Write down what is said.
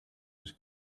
was